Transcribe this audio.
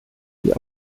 die